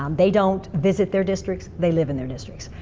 um they don't visit their districts. they live in their districts.